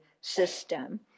system